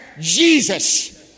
Jesus